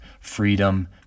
freedom